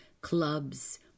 clubs